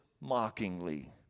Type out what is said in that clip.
mockingly